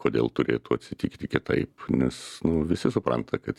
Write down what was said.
kodėl turėtų atsitikti kitaip nes nu visi supranta kad